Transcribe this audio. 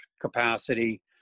capacity